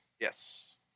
Yes